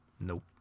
Nope